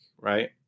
right